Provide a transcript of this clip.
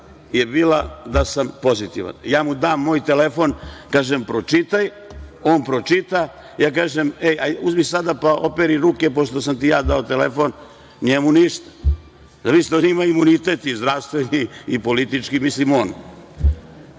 je bila da sam pozitivan. Ja mu dam moj telefon, kažem: „Pročitaj“. On pročita, ja kažem: „Uzmi sada pa operi ruke pošto sam ti ja dao telefon“, njemu ništa. Zamislite, on ima imunitet i zdravstveni i politički, mislim